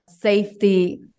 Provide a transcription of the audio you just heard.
safety